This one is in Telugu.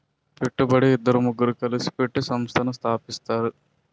పెట్టుబడి ఇద్దరు ముగ్గురు కలిసి పెట్టి సంస్థను స్థాపిస్తారు